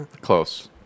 Close